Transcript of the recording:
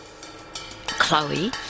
Chloe